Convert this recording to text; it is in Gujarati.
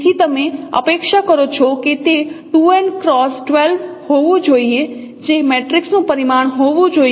તેથી તમે અપેક્ષા કરો છો કે તે 2n X 12 હોવું જોઈએ જે મેટ્રિક્સનું પરિમાણ હોવું જોઈએ